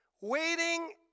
Waiting